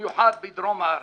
במיוחד בדרום הארץ.